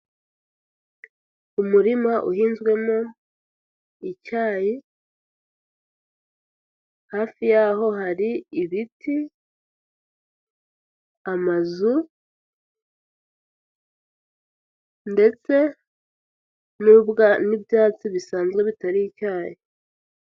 Umurima uhinzwemo icyayi, hafi yaho hari ibiti, amazu ndetse n'ibyatsi bisanzwe bitari icyayi.